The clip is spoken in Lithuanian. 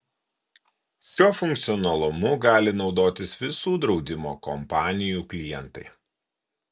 šiuo funkcionalumu gali naudotis visų draudimo kompanijų klientai